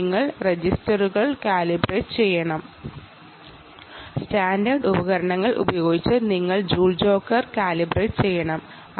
നിങ്ങൾ രജിസ്റ്ററുകൾ കാലിബ്രേറ്റ് ചെയ്യണം അതായത് സ്റ്റാൻഡേർഡ് ഉപകരണങ്ങൾ കൊണ്ട് മാത്രമേ നിങ്ങൾ ജൂൾ ജോട്ടർ കാലിബ്രേറ്റ് ചെയ്യേണ്ടത്